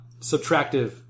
subtractive